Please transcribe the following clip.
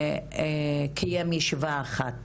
קיים ישיבה אחת